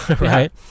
right